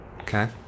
okay